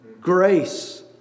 Grace